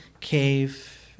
cave